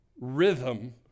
rhythm